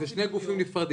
לא, זה שני גופים נפרדים.